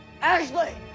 Ashley